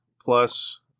plus